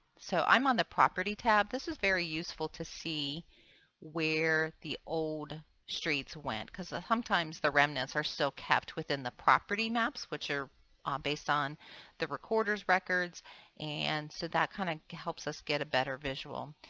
so i am on the property tab. this is very useful to see where the old streets went because ah sometimes the remnants are still kept within the property map which are um based on the recorder's records and so that kind of helps us get a better visual.